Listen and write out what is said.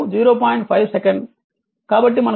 5 second అని మనకు తెలుసు